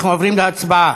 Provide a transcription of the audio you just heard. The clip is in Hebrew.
אנחנו עוברים להצבעה.